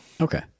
Okay